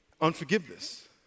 Unforgiveness